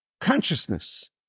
consciousness